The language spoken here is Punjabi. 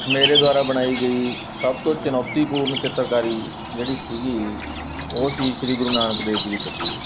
ਮੇਰੇ ਦੁਆਰਾ ਬਣਾਈ ਗਈ ਸਭ ਤੋਂ ਚੁਣੌਤੀਪੂਰਨ ਚਿੱਤਰਕਾਰੀ ਜਿਹੜੀ ਸੀਗੀ ਉਹ ਸੀ ਸ੍ਰੀ ਗੁਰੂ ਨਾਨਕ ਦੇਵ ਜੀ ਦੀ ਤਸਵੀਰ